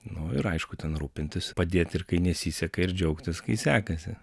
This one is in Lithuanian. nu ir aišku ten rūpintis padėti ir kai nesiseka ir džiaugtis kai sekasi